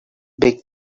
big